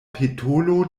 petolo